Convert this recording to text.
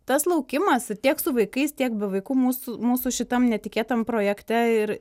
tas laukimas tiek su vaikais tiek be vaikų mūsų mūsų šitam netikėtam projekte ir